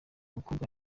mukobwa